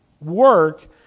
work